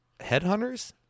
headhunters